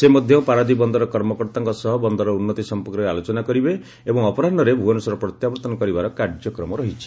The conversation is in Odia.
ସେ ମଧ୍ୟ ପାରାଦ୍ୱୀପ ବନ୍ଦରର କର୍ମକର୍ତ୍ତାଙ୍କ ସହ ବନ୍ଦରର ଉନ୍ଦତି ସଂପର୍କରେ ଆଲୋଚନା କରିବେ ଏବଂ ଅପରାହୁରେ ଭୁବନେଶ୍ୱର ପ୍ରତ୍ୟାବର୍ଉନ କରିବାର କାର୍ଯ୍ୟକ୍ରମ ରହିଛି